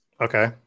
okay